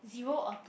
zero or two